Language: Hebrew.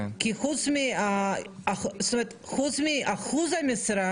כי חוץ מאחוז המשרה